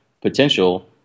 potential